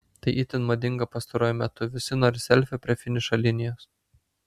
tai itin madinga pastaruoju metu visi nori selfio prie finišo linijos